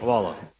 Hvala.